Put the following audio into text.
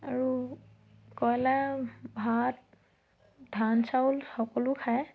আৰু কয়লাৰে ভাত ধান চাউল সকলো খায়